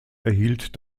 erhielt